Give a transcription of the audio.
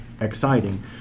exciting